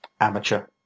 Amateur